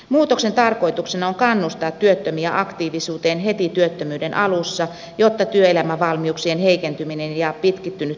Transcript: muutoksen tarkoituksena on kannustaa työttömiä aktiivisuuteen heti työttömyyden alussa jotta työelämävalmiuksien heikentyminen ja pitkittynyt työttömyys voidaan estää